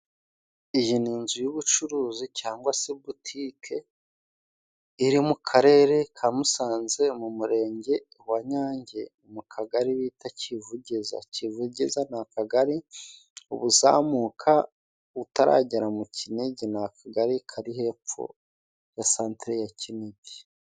Iyi ni inzu y'ubucuruzi cyangwa se butike, iri mu Karere ka Musanze, mu Murenge wa Nyange, mu Kagari bita Kivugiza. Kivugiza ni akagari uba uzamuka utaragera mu Kinigi, ni akagali kari hepfo na Santere ya Kinigi.